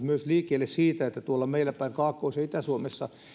liikkeelle myös siitä että tuolla meillä päin kaakkois ja itä suomessa